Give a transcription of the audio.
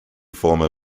former